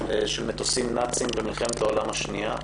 של מטוסים נאצים במלחמת העולם השנייה,